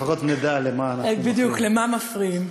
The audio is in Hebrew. לפחות נדע לְמה, בדיוק, לְמה מפריעים.